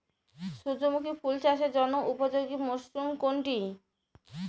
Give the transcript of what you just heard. সূর্যমুখী ফুল চাষের জন্য উপযোগী মরসুম কোনটি?